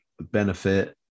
benefit